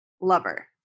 Lover